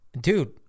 dude